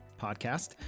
podcast